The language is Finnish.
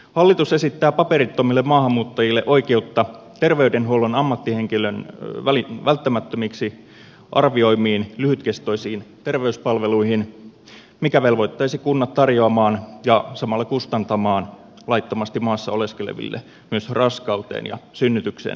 hallitus esittää paperittomille maahanmuuttajille oikeutta terveydenhuollon ammattihenkilön välttämättömiksi arvioimiin lyhytkestoisiin terveyspalveluihin mikä velvoittaisi kunnat tarjoamaan ja samalla kustantamaan laittomasti maassa oleskeleville myös raskauteen ja synnytykseen liittyviä palveluita